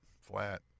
flat